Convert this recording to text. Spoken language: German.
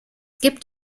gibt